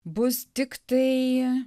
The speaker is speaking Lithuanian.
bus tik tai